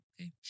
okay